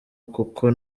kuko